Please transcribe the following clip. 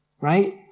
right